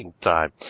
time